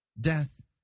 Death